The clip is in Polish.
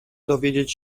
dowiedzieć